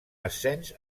ascens